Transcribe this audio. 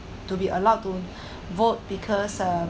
to be allowed to vote because uh